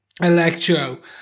Electro